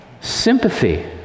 sympathy